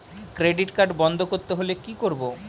Credit card বন্ধ করতে হলে কি করব?